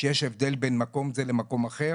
שיש הבדל בין מקום זה למקום אחר.